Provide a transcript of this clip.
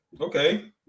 okay